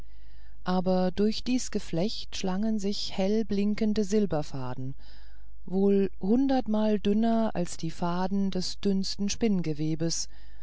aber durch dies geflecht schlangen sich hell blinkende silberfaden wohl hundertmal dünner als die faden des dünnesten spinngewebes